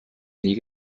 nie